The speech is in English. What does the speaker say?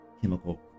chemical